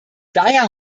daher